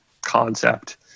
concept